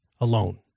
alone